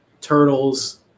Turtles